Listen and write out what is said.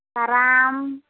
ᱠᱟᱨᱟᱢ